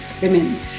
Women